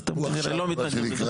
אז אתם כנראה לא מתנגדים בכל תוקף.